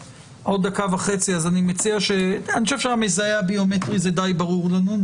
אני חושב שהמזהה הביומטרי די ברור לנו.